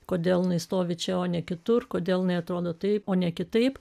kodėl jinai stovi čia o ne kitur kodėl jinai atrodo taip o ne kitaip